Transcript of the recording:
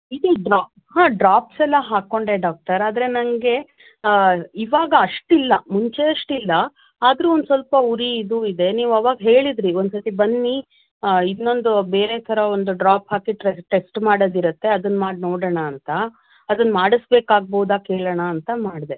ಇದೆ ಡ್ರಾ ಹಾಂ ಡ್ರಾಪ್ಸ್ ಎಲ್ಲ ಹಾಕಿಕೊಂಡೆ ಡಾಕ್ಟರ್ ಆದರೆ ನನಗೆ ಈವಾಗ ಅಷ್ಟು ಇಲ್ಲ ಮುಂಚೆ ಅಷ್ಟು ಇಲ್ಲ ಆದರೂ ಒಂದು ಸ್ವಲ್ಪ ಉರಿ ಇದು ಇದೆ ನೀವು ಆವಾಗ ಹೇಳಿದ್ದಿರಿ ಒಂದು ಸತಿ ಬನ್ನಿ ಇನ್ನೊಂದು ಬೇರೆ ಥರ ಒಂದು ಡ್ರಾಪ್ ಹಾಕಿ ಟ್ರೇ ಟೆಸ್ಟ್ ಮಾಡೋದು ಇರತ್ತೆ ಅದನ್ನು ಮಾಡಿ ನೋಡೋಣ ಅಂತ ಅದನ್ನು ಮಾಡಿಸ್ಬೇಕಾಗ್ಬೋದಾ ಕೇಳೋಣ ಅಂತ ಮಾಡಿದೆ